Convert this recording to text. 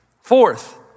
fourth